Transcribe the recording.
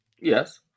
Yes